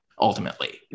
Ultimately